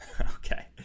Okay